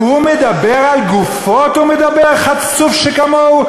והוא מדבר, על גופות הוא מדבר, חצוף שכמוהו?